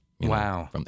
Wow